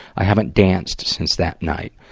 i haven't danced since that night.